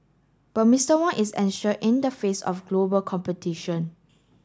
but Mister Wong is anxious in the face of global competition